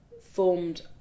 formed